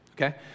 Okay